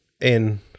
in-